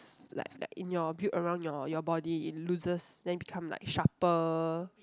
s~ like like in your build around your your body it loses then become like sharper